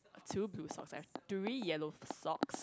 two blue socks and three yellow socks